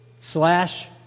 slash